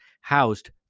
housed